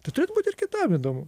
tai turėtų būt ir kitam įdomu